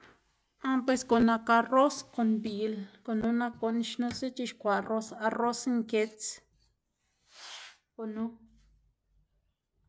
ah pues guꞌn nak arroz kon biꞌl gunu nak guꞌn xnusa c̲h̲ixkwaꞌ, arroz, arroz nkits gunu.